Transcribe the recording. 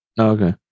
Okay